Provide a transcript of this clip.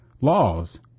Laws